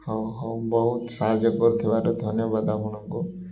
ହଉ ହଉ ବହୁତ ସାହାଯ୍ୟ କରୁଥିବାରୁ ଧନ୍ୟବାଦ ଆପଣଙ୍କୁ